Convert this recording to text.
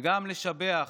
וגם לשבח